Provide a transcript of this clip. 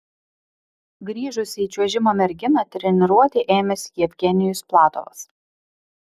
grįžusią į čiuožimą merginą treniruoti ėmėsi jevgenijus platovas